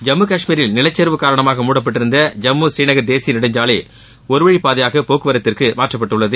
ஜம்மு காஷ்மீரில் நிலச்சரிவு காரணமாக மூடப்பட்டிருந்த ஜம்மு ஸ்ரீநகர் தேசிய நெடுஞ்சாலை ஒருவழிப்பாதையாக போக்குவரத்திற்கு மாற்றப்பட்டுள்ளது